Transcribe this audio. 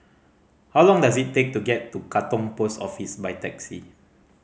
how long does it take to get to Katong Post Office by taxi